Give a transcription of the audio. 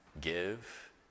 give